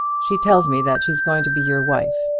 she tells me that she's going to be your wife.